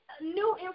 new